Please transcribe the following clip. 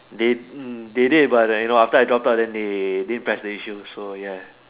they mm they did but I you know after I drop out then they didn't press the issue so ya